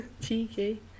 Cheeky